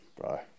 bro